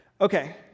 Okay